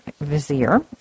Vizier